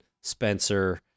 Spencer